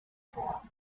vor